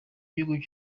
gihugu